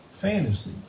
fantasy